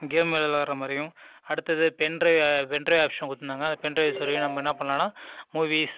game விளையாடுற மாதிரியும் அடுத்தது பென்ட்ரைவ் பென்ட்ரைவ் ஆப்ஷன் கொடுத்துருந்தாங்க பென்ட்ரைவ் சொருகி நம்ம என்ன பண்ணலாம்னா மூவிஸ்